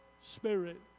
Spirit